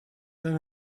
than